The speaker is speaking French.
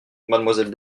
mademoiselle